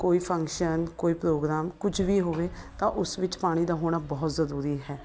ਕੋਈ ਫੰਕਸ਼ਨ ਕੋਈ ਪ੍ਰੋਗਰਾਮ ਕੁਝ ਵੀ ਹੋਵੇ ਤਾਂ ਉਸ ਵਿੱਚ ਪਾਣੀ ਦਾ ਹੋਣਾ ਬਹੁਤ ਜ਼ਰੂਰੀ ਹੈ